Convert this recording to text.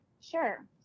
Sure